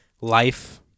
life